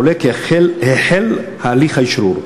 עולה כי החל הליך האשרור.